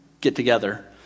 get-together